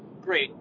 great